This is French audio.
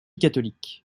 catholiques